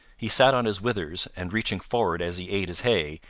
he sat on his withers, and reaching forward as he ate his hay,